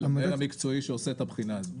למנהל המקצועי שעושה את הבחינה הזאת.